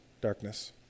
darkness